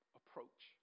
approach